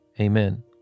amen